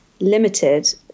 limited